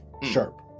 Sharp